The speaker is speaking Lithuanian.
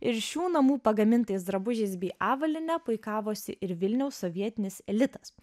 ir šių namų pagamintais drabužiais bei avalyne puikavosi ir vilniaus sovietinis elitas